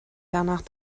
danach